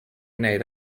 wneud